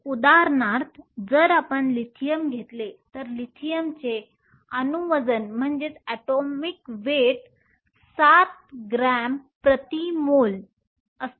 उदाहरणार्थ जर आपण लिथियम घेतले तर लिथियमचे अणू वजन 7 ग्रॅम प्रति मोल असते